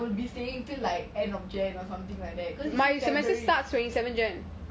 will be staying till like end of jan or something and like because you said temporary